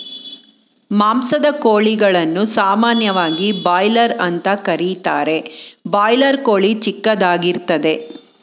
ಮಾಂಸದ ಕೋಳಿಗಳನ್ನು ಸಾಮಾನ್ಯವಾಗಿ ಬಾಯ್ಲರ್ ಅಂತ ಕರೀತಾರೆ ಬಾಯ್ಲರ್ ಕೋಳಿ ಚಿಕ್ಕದಾಗಿರ್ತದೆ